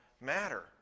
matter